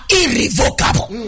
irrevocable